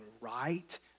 right